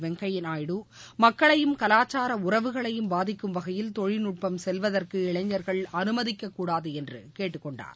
வெங்கையா நாயுடு மக்களையும் கலாச்சார உறவுகளையும் பாதிக்கும் வகையில் தொழில்நுட்பம் செல்வதற்கு இளைஞர்கள் அனுமதிக்கக்கூடாது என்றும் கேட்டுக்கொண்டார்